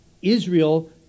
Israel